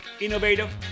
innovative